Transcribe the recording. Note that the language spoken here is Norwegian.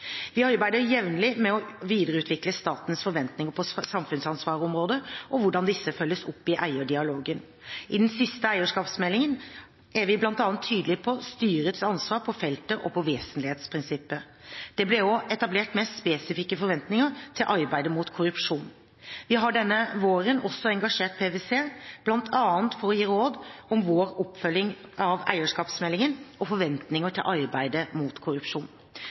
Vi arbeider jevnlig med å videreutvikle statens forventninger på samfunnsansvarsområdet og hvordan disse følges opp i eierdialogen. I den siste eierskapsmeldingen er vi bl.a. tydelige på styrets ansvar på feltet og på vesentlighetsprinsippet. Det ble også etablert mer spesifikke forventninger til arbeidet mot korrupsjon. Vi har denne våren også engasjert PwC bl.a. for å gi råd om vår oppfølging av eierskapsmeldingen og forventninger til arbeidet mot korrupsjon.